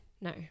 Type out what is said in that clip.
No